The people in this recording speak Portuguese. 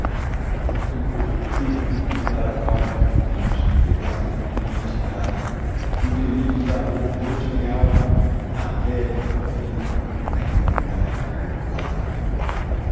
do morto peito vem turbar a calma virgem terás o que ninguém te dá em delírios damor dou-te a minha alma na terra a vida a eternidade lá